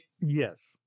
yes